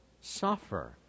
suffer